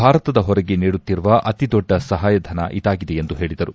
ಭಾರತದ ಹೊರಗೆ ನೀಡುತ್ತಿರುವ ಅತಿ ದೊಡ್ಡ ಸಹಾಯಧನ ಇದಾಗಿದೆ ಎಂದು ಹೇಳಿದರು